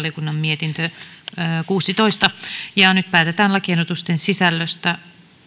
terveysvaliokunnan mietintö kuusitoista nyt päätetään lakiehdotusten sisällöstä